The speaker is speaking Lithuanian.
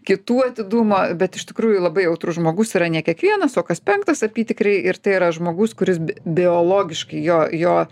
kitų atidumo bet iš tikrųjų labai jautrus žmogus yra ne kiekvienas o kas penktas apytikriai ir tai yra žmogus kuris bi biologiškai jo jo